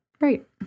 Right